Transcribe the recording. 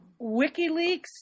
WikiLeaks